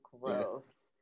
gross